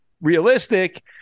realistic